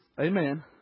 Amen